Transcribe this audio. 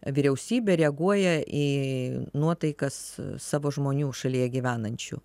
vyriausybė reaguoja į nuotaikas savo žmonių šalyje gyvenančių